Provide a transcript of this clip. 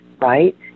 right